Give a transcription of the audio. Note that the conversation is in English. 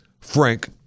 Frank